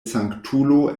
sanktulo